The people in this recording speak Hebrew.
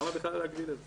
למה בכלל להגביל את זה?